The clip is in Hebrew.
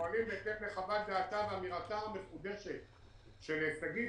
פועלים בהתאם לחוות דעתה ואמירתה המחודשת של שגית,